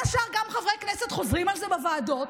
בין השאר גם חברי כנסת חוזרים על זה בוועדות,